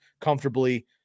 comfortably